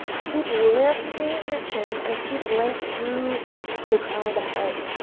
keep lifting your chin, and keep length through the crown of the head.